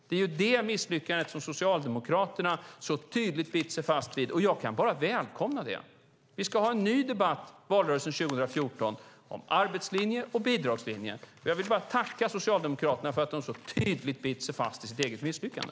Det är det misslyckandet som Socialdemokraterna så tydligt bitit sig fast vid, och jag kan bara välkomna det. Vi ska ha en ny debatt i valrörelsen 2014 om arbetslinjen och bidragslinjen. Jag vill tacka Socialdemokraterna för att de så tydligt biter sig fast i sitt eget misslyckande.